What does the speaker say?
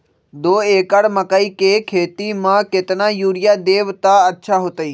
दो एकड़ मकई के खेती म केतना यूरिया देब त अच्छा होतई?